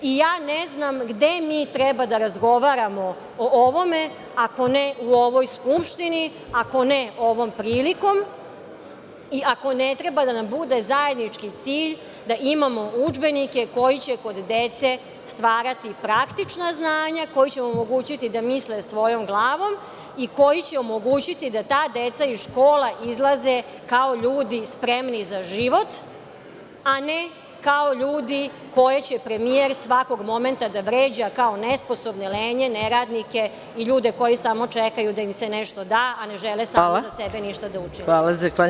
I ja ne znam gde mi treba da razgovaramo o ovome ako ne u ovoj Skupštini, ako ne ovom prilikom i ako ne treba da nam bude zajednički cilj da imamo udžbenike koji će kod dece stvarati praktična znanja, koji će omogućiti da misle svojom glavom i koji će omogućiti da ta deca iz škola izlaze kao ljudi spremni za život, a ne kao ljudi koje će premijer svakog momenta da vređa kao nesposobne, lenje, neradnike i ljude koji samo čekaju da im se nešto da, a ne žele za sebe ništa da učine.